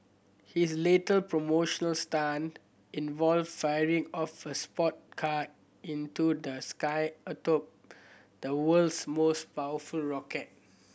his later promotional stunt involved firing off a sport car into the sky atop the world's most powerful rocket